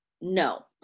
no